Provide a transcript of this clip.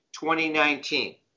2019